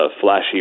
flashy